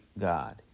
God